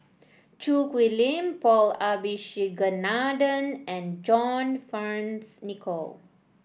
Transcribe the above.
Choo Hwee Lim Paul Abisheganaden and John Fearns Nicoll